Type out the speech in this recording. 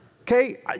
Okay